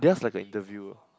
that's like an interview